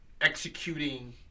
Executing